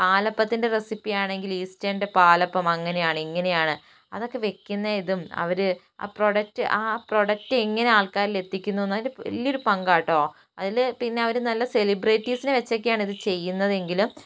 പാലപ്പത്തിൻ്റെ recipe ആണെങ്കിൽ ഈസ്റ്റേൺൻ്റെ പാലപ്പം അങ്ങനെയാണ് ഇങ്ങനെയാണ് അതൊക്കെ വെക്കുന്ന ഇതും അവരു ആ പ്രോഡക്റ്റ് ആ പ്രോഡക്റ്റ് എങ്ങനെ ആൾക്കാരിൽ എത്തിക്കുന്നു എന്നുള്ളത് അതിൻ്റെ വലിയ ഒരു പങ്കാണ് ട്ടോ അതിൽ പിന്നെ അവരു നല്ല സെലിബ്രിറ്റിസിനെ വെച്ചൊക്കെ ആണ് ഇത് ചെയ്യുന്നത് എങ്കിലും